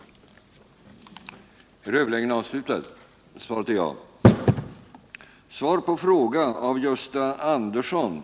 Tisdagen den